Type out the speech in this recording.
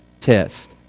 test